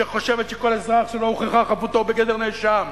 שחושבת שכל אזרח שלא הוכחה חפותו הוא בגדר נאשם,